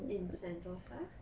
in sentosa